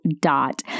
Dot